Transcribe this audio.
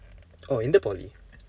oh எந்த:entha poly